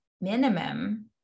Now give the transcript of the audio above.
minimum